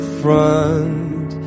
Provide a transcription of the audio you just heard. front